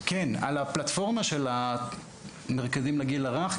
על הפלטפורמה של המרכזים לגיל הרך.